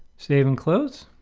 save and close